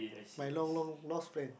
my long long lost friend